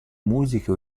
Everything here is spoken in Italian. musiche